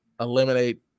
eliminate